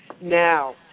now